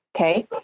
okay